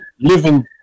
living